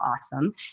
awesome